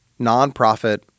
nonprofit